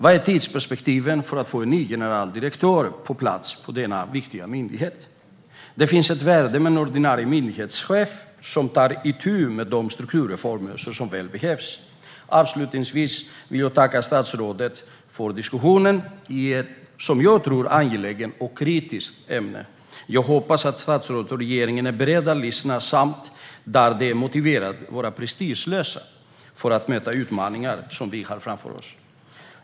Vad är tidsperspektivet för att få en ny generaldirektör på plats för denna viktiga myndighet? Det finns ett värde med en ordinarie myndighetschef som tar itu med de strukturreformer som så väl behövs. Avslutningsvis vill jag tacka statsrådet för diskussionen i ett angeläget och kritiskt ämne. Jag hoppas att statsrådet och regeringen är beredda att lyssna samt att - där det är motiverat - vara prestigelösa för att möta de utmaningar som vi har framför oss.